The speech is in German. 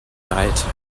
leid